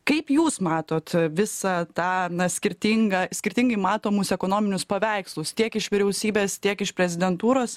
kaip jūs matot visą tą na skirtingą skirtingai matomus ekonominius paveikslus tiek iš vyriausybės tiek iš prezidentūros